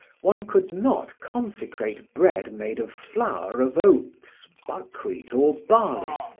one could not consecrate bread made of flour of oats, buckwheat or barley,